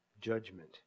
judgment